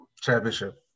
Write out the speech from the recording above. championship